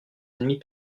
ennemis